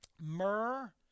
myrrh